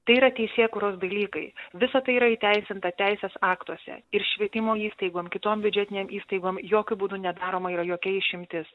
tai yra teisėkūros dalykai visa tai yra įteisinta teisės aktuose ir švietimo įstaigom kitom biudžetinėm įstaigom jokiu būdu nedaroma yra jokia išimtis